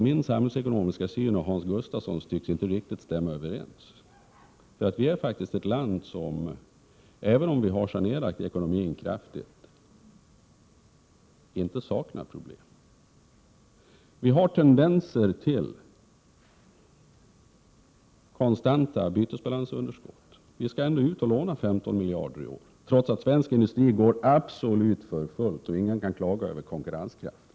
Min samhällsekonomiska syn och Hans Gustafssons tycks inte riktigt stämma överens. Även om man kraftigt har sanerat ekonomin i Sverige, saknar inte vårt land problem. Vi har tendenser till konstanta bytesbalansunderskott. Vi skall ändå ut och låna 15 miljarder i år, trots att svensk industri går för fullt och man inte kan klaga över konkurrenskraften.